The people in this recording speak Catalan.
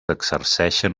exerceixen